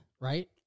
right